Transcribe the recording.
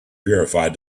purified